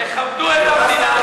תכבדו את המדינה.